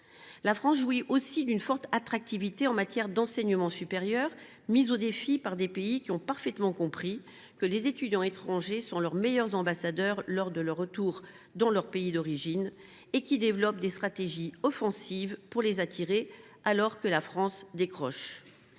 La France jouit aussi d’une forte attractivité en matière d’enseignement supérieur, mise au défi par des pays qui ont parfaitement compris que les étudiants étrangers sont leurs meilleurs ambassadeurs lors de leur retour dans leur pays d’origine et qui développent des stratégies offensives pour les attirer, alors que la France décroche.